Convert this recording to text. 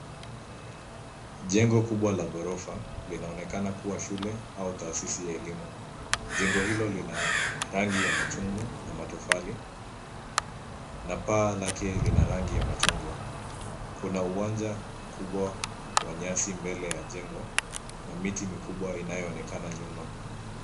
Jengo kubwa la ghorofa, linaonekana kuwa shule au tahasisi ya elimu. Jengo hilo lina rangi ya machungwa na matofali na paa lake lina rangi ya machungwa. Kuna uwanja mkubwa wa nyasi mbele ya jengo na miti mikubwa inayoonekana nyuma.